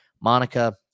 Monica